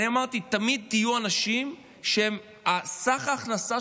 אני אמרתי: תמיד יהיו אנשים שסך ההכנסה